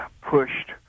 pushed